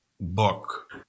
book